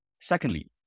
Secondly